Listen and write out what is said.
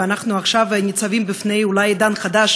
ואנחנו עכשיו ניצבים אולי בפני עידן חדש